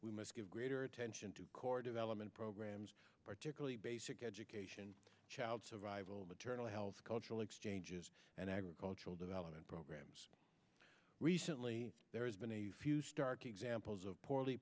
we must give greater attention to core development programs particularly basic education child survival maternal health cultural exchanges and agricultural development programs recently there has been a stark examples of poorly